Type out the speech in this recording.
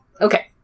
okay